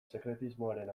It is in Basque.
sekretismoaren